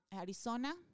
Arizona